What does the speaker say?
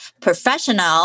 professional